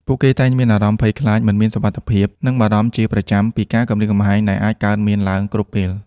ពួកគេតែងមានអារម្មណ៍ភ័យខ្លាច មិនមានសុវត្ថិភាព និងបារម្ភជាប្រចាំពីការគំរាមកំហែងដែលអាចកើតមានឡើងគ្រប់ពេល។